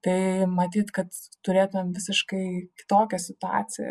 tai matyt kad turėtumėm visiškai kitokią situaciją